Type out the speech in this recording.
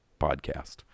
podcast